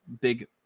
big